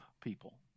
people